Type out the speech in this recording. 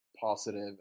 positive